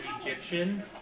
Egyptian